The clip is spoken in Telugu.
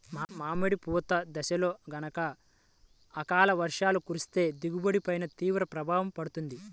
మామిడి పూత దశలో గనక అకాల వర్షాలు కురిస్తే దిగుబడి పైన తీవ్ర ప్రభావం పడుతుంది